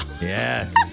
Yes